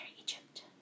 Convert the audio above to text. Egypt